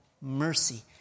mercy